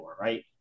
right